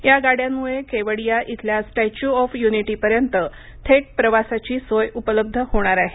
या गाड्यांमुळे केवडिया इथल्या स्टेंच्यू ऑफ यूनिटीपर्यंत थेट प्रवासाची सोय उपलब्ध होणार आहे